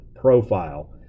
profile